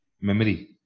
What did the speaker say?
memory